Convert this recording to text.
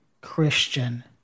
Christian